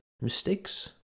Mistakes